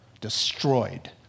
destroyed